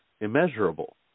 immeasurable